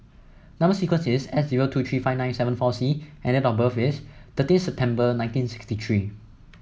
number sequence is S zero two three five nine seven four C and date of birth is thirteen September nineteen sixty three